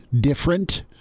different –